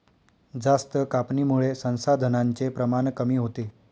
जास्त कापणीमुळे संसाधनांचे प्रमाण कमी होते